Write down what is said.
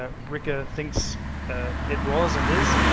ah ricker thinks it was and is.